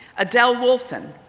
adele wolfson,